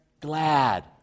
glad